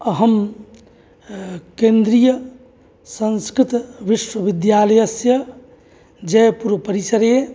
अहं केन्द्रीयसंस्कृतविश्वविद्यालयस्य जयपुरपरिसरे